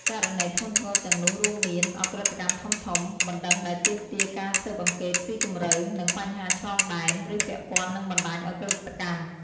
ករណីធ្ងន់ធ្ងរទាំងនោះរួមមាន ឧក្រិដ្ឋកម្មធំៗ បណ្តឹងដែលទាមទារការស៊ើបអង្កេតស៊ីជម្រៅ និងបញ្ហាឆ្លងដែន ឬពាក់ព័ន្ធនឹងបណ្តាញឧក្រិដ្ឋកម្ម។